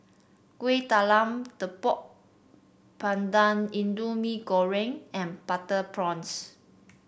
Kueh Talam Tepong Pandan Indian Mee Goreng and Butter Prawns